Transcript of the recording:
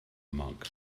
monk